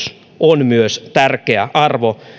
on myös tärkeä arvo